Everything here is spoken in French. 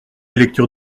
lecture